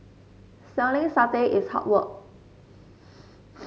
selling satay is hard work